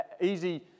easy